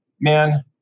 man